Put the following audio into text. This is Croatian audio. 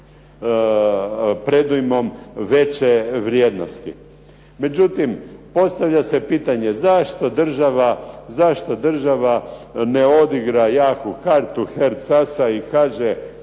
predujmom veće vrijednosti. Međutim, postavlja se pitanje zašto država ne odigra jaku kartu herc asa i kaže